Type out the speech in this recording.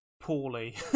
poorly